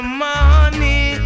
money